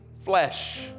flesh